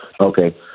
Okay